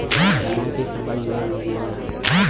तना के पलंग मेज बनला